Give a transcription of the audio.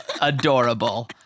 adorable